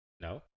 No